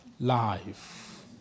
life